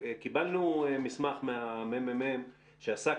קיבלנו מסמך ממרכז המחקר של הכנסת שעסק